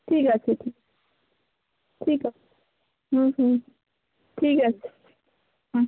ঠিক আছে ঠিক ঠিক আ হুম হুম ঠিক আছে হুম